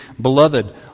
Beloved